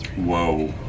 whoa.